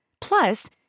Plus